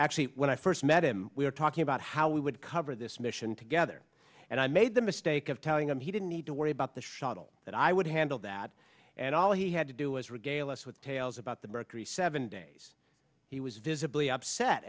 actually when i first met him we were talking about how we would cover this mission together and i made the mistake of telling him he didn't need to worry about the shuttle that i would handle that and all he had to do was regale us with tales about the mercury seven days he was visibly upset